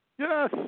Yes